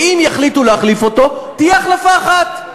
ואם יחליטו להחליף אותו, תהיה החלפה אחת.